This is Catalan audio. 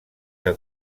que